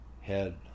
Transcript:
Head